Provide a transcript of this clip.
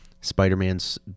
Spider-Man's